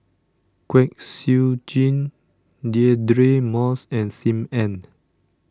Kwek Siew Jin Deirdre Moss and Sim Ann